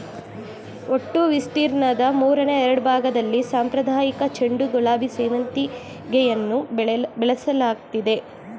ಒಟ್ಟು ವಿಸ್ತೀರ್ಣದ ಮೂರನೆ ಎರಡ್ಭಾಗ್ದಲ್ಲಿ ಸಾಂಪ್ರದಾಯಿಕ ಚೆಂಡು ಗುಲಾಬಿ ಸೇವಂತಿಗೆಯನ್ನು ಬೆಳೆಸಲಾಗ್ತಿದೆ